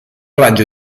raggio